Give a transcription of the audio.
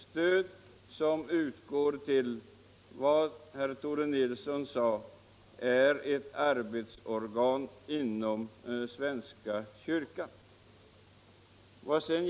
som utgår till vad herr Tore Nilsson kallade ett arbetsorgan inom svenska kyrkan.